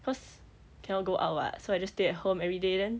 cause cannot go out [what] so I just stay at home everyday then